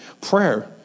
prayer